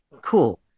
cool